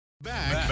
Back